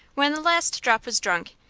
when the last drop was drunk,